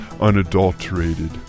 unadulterated